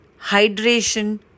hydration